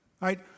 Right